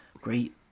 Great